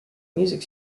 music